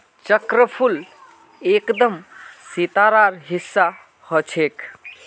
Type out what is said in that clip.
चक्रफूल एकदम सितारार हिस्सा ह छेक